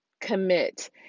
commit